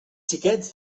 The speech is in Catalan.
xiquets